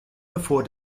bevor